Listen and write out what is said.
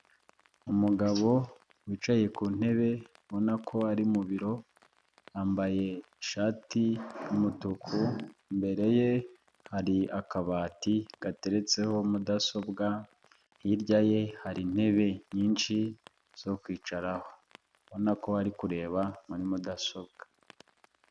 Umugabo wicaye ku ntebe ubona ko ari mu biro yambaye ishati y'umutuku, imbere ye hari akabati gateretseho mudasobwa, hirya ye hari intebe nyinshi zo kwicaraho, ubona ko ari kureba muri mudasobwa.